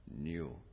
new